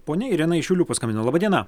ponia irena iš šiaulių paskambino laba diena